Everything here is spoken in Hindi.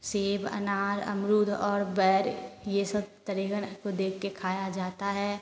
सेब अनार अमरुद और बैर ये सब को देख के खाया जाता है